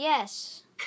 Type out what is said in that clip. Yes